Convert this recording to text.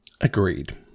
agreed